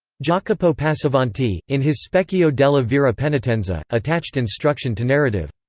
jacopo passavanti, in his specchio della vera penitenza, attached instruction to narrative.